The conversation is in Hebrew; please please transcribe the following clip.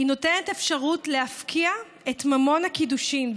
היא נותנת אפשרות להפקיע את ממון הקידושין,